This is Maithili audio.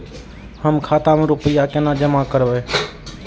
हम खाता में रूपया केना जमा करबे?